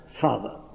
Father